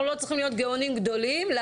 אנחנו לא צריכים להיות גאונים גדולים בשביל